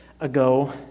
ago